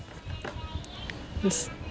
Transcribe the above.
yes